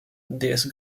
déesse